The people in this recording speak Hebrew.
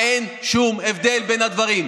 אין שום הבדל בין הדברים.